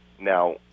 Now